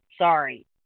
Sorry